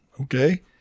Okay